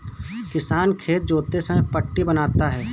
किसान खेत जोतते समय पट्टी बनाता है